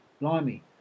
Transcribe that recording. blimey